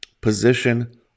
position